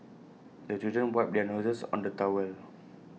the children wipe their noses on the towel